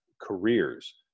careers